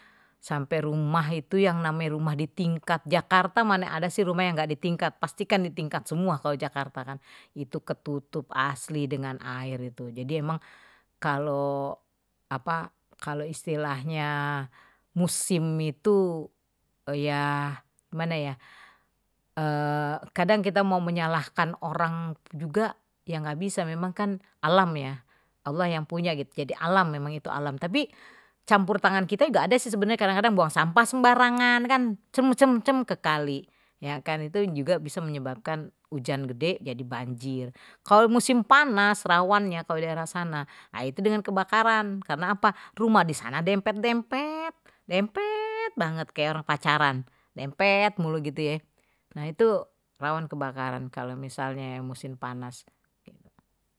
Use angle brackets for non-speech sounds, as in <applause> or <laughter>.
Sampe rumah itu yang namanye rumah di tingkat jakarta mana ada sih rumahnya nggak ditingkat pastikan di tingkat semua kalau jakarta kan itu ketutup asli dengan air itu jadi kalau apa kalau istilahnya musim itu ya gimana <hesitation> kadang kita mau menyalahkan orang juga ya enggak bisa memang kan alam ya allah yang punya gitu jadi alam memang itu alam tapi campur tangan kita juga ada sih sebenarnya kadang-kadang buang sampah sembarangan kan cem cemcem ke kali ya kan itu juga bisa menyebabkan hujan gede jadi banjir kalo musim panas rawan nya kalau daerah sana nah itu dengan kebakaran karena apa rumah di sana ada yang dempet dempet, dempet banget kayak orang pacaran dempet mulu gitu ya nah itu rawan kebakaran kalau misalnye musim panas.